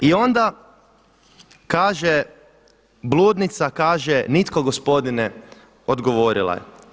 I onda kaže, bludnica kaže „Nitko gospodine“ odgovorila je.